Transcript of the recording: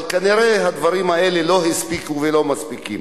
אבל כנראה הדברים האלה לא הספיקו ולא מספיקים.